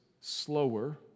slower